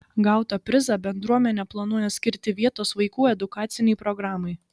gautą prizą bendruomenė planuoja skirti vietos vaikų edukacinei programai